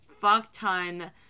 fuck-ton